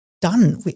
done